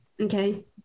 Okay